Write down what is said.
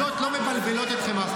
מתנגדים.